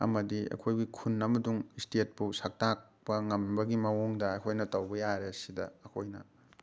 ꯑꯃꯗꯤ ꯑꯩꯈꯣꯏꯒꯤ ꯈꯨꯟ ꯑꯃꯁꯨꯡ ꯏꯁꯇꯦꯠꯄꯨ ꯁꯛ ꯇꯥꯛꯄ ꯉꯝꯕꯒꯤ ꯃꯑꯣꯡꯗ ꯑꯩꯈꯣꯏꯅ ꯇꯧꯕ ꯌꯥꯔꯦ ꯁꯤꯗ ꯑꯩꯈꯣꯏꯅ